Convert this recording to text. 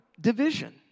division